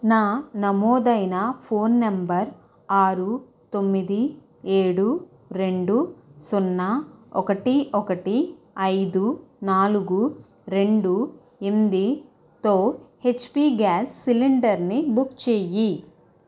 నా నమోదైన phone number ఆరు తొమ్మిది ఏడు రెండు సున్నా ఒకటి ఒకటి ఐదు నాలుగు రెండు ఎనిమిదితో హెచ్పి గ్యాస్ సిలిండర్ని బుక్ చెయ్యి